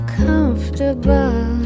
comfortable